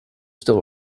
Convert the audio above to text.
still